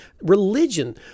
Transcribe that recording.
religion